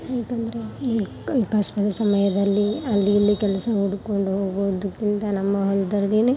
ಯಾಕಂದರೆ ಈ ಕಷ್ಟದ ಸಮಯದಲ್ಲಿ ಅಲ್ಲಿ ಇಲ್ಲಿ ಕೆಲಸ ಹುಡುಕ್ಕೊಂಡು ಹೋಗೋದಕ್ಕಿಂತ ನಮ್ಮ ಹೊಲದಲ್ಲೇನೆ